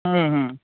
হুম হুম